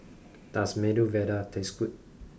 does Medu Vada taste good